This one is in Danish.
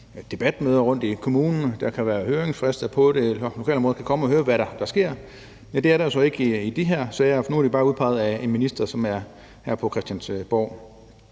debatmøder rundtom i kommunen – der kan være høringsfrister på det, og man kan i lokalområdet komme og høre, hvad der sker – så er det jo ikke tilfældet i de her sager, for nu er de bare udpeget af en minister, som er her på Christiansborg.